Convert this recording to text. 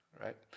right